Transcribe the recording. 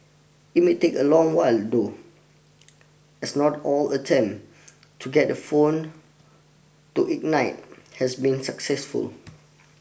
it may take a long while though as not all attempt to get the phone to ignite has been successful